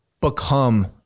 become